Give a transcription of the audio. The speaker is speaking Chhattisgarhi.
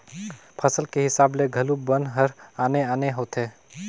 फसल के हिसाब ले घलो बन हर आने आने होथे